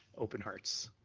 open hearts.